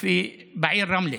בעיר רמלה,